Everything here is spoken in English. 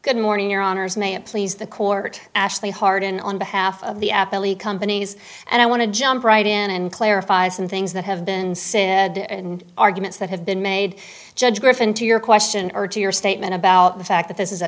good morning your honour's may it please the court ashley harden on behalf of the companies and i want to jump right in and clarify some things that have been said and arguments that have been made judge griffin to your question or to your statement about the fact that this is a